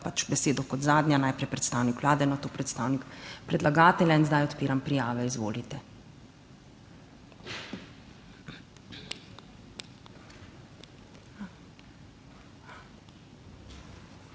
besedo kot zadnja, najprej predstavnik Vlade, nato predstavnik predlagatelja. Zdaj odpiram prijave. Izvolite.